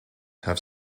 have